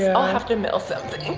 and i'll have to mail something.